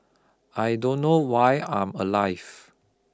I don't know why I'm alive